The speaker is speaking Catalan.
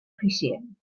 eficient